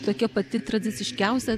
tokia pati tradiciškiausia